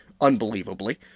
unbelievably